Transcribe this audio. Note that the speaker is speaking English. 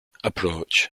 approach